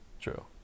true